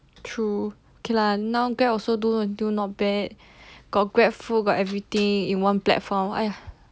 true okay lah now grab also do until not bad got grabfood got everything in one platform !aiya!